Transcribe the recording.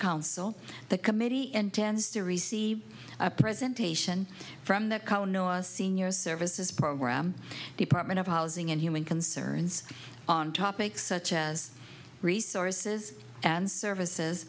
council the committee intends to receive a presentation from the kono a senior services program department of housing and human concerns on topics such as resources and services